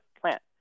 plant